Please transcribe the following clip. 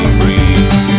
free